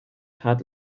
had